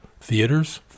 theaters